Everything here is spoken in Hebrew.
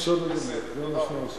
בסדר גמור.